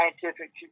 scientific